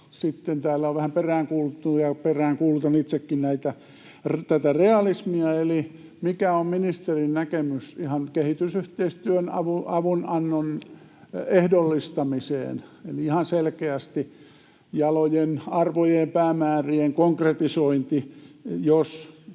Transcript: täällä on vähän peräänkuulutettu, ja peräänkuulutan itsekin, realismia. Mikä on ministerin näkemys ihan kehitysyhteistyön avunannon ehdollistamiseen, eli ihan selkeästi jalojen arvojen ja päämäärien konkretisointiin, jos